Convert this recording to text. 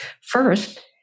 First